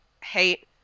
hate